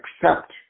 accept